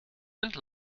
and